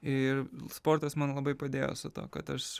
ir sportas man labai padėjo su tuo kad aš